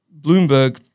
Bloomberg